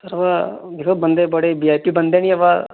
दिक्खो बंदे बड़े बीआईपी बंदे ऐ वा